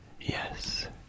Yes